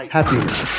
Happiness